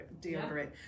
deodorant